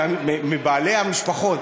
מבעלי המשפחות